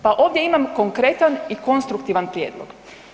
Pa ovdje imam konkretan i konstruktivan prijedlog.